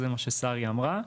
וזה מה ששרי אמרה.